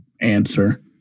Answer